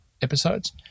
episodes